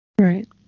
right